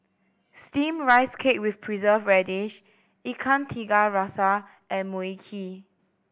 Steamed Rice Cake with Preserved Radish Ikan Tiga Rasa and Mui Kee